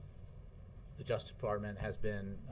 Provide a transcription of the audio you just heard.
the justice department has been